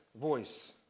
Voice